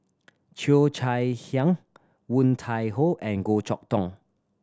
Cheo Chai Hiang Woon Tai Ho and Goh Chok Tong